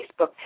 Facebook